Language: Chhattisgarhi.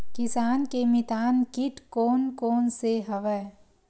किसान के मितान कीट कोन कोन से हवय?